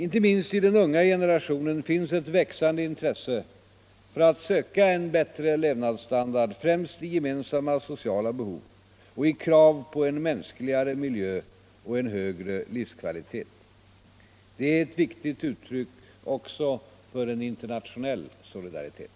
Inte minst i den unga generationen finns ett växande intresse för att söka en bättre levnadsstandard främst i gemensamma sociala behov och i krav på en mänskligare miljö och en högre livskvalitet. Det är ett viktigt uttryck också för en internationell solidaritet.